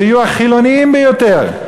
שיהיו החילוניים ביותר,